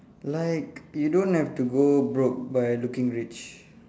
like you don't have to go broke by looking rich